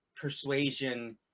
persuasion